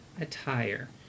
attire